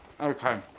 Okay